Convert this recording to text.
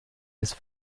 ist